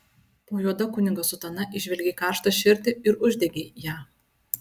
po juoda kunigo sutana įžvelgei karštą širdį ir uždegei ją